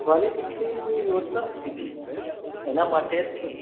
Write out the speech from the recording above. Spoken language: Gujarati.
વાલી દીકરીની યોજના એના માટે